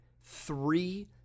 three